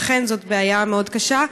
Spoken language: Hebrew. ואכן זו בעיה מאוד קשה,